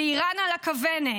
ואיראן על הכוונת: